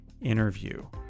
interview